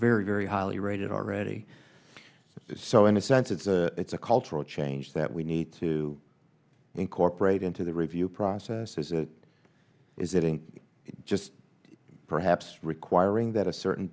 very very highly rated already so in a sense it's a it's a cultural change that we need to incorporate into the review process is it is getting just perhaps requiring that a certain